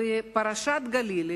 בפרשת גלילי